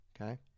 Okay